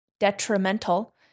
detrimental